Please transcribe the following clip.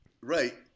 right